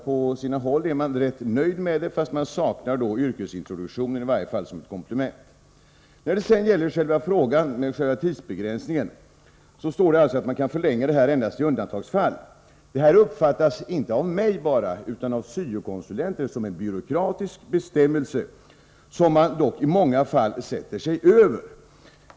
På sina håll är man rätt nöjd med verksamheten fast man saknar yrkesintroduktion i varje fall som ett komplement. När det sedan gäller själva frågan om tidsbegränsningen står det i förordningen att man kan förlänga anställningen på ungdomsplats endast i undantagsfall. Detta uppfattas inte bara av mig utan även av syo-konsulenter som en byråkratisk bestämmelse, som man dock i många fall sätter sig över.